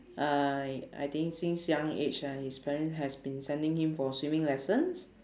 I I think since young age ah his parent has been sending him for swimming lessons